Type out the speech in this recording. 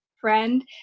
friend